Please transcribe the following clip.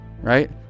Right